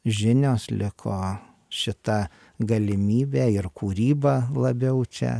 žinios liko šita galimybė ir kūryba labiau čia